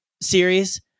series